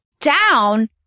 down